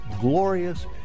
glorious